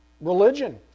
religion